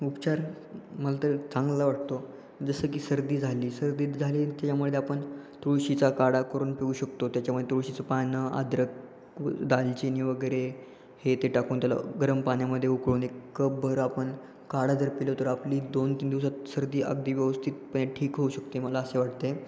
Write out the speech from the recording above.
उपचार मला तर चांगला वाटतो जसं की सर्दी झाली सर्दी झाली त्याच्यामुळं काय आपण तुळशीचा काढा करून पिऊ शकतो त्याच्यामुळं तुळशीचं पानं अद्रक दालचिनी वगैरे हे ते टाकून त्याला गरम पाण्यामध्ये उकळून एक कपभर आपण काढा जर प्यालो तर आपली दोनतीन दिवसांत सर्दी अगदी व्यवस्थितपणे ठीक होऊ शकते मला असे वाटते